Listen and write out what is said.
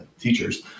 teachers